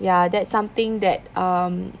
ya that's something that um